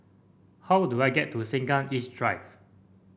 how do I get to Sengkang East Drive